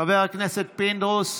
חבר הכנסת פינדרוס,